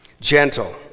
gentle